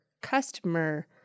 customer